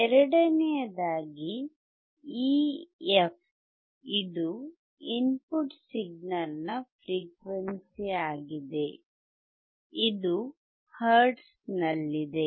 ಎರಡನೆಯದಾಗಿ ಈ f ಇದು ಇನ್ಪುಟ್ ಸಿಗ್ನಲ್ ನ ಫ್ರೀಕ್ವೆನ್ಸಿ ಆಗಿದೆ ಇದು ಹರ್ಟ್ಜ್ನಲ್ಲಿದೆ